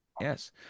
Yes